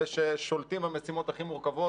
אלה ששולטים במשימות הכי מורכבות